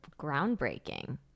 groundbreaking